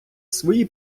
свої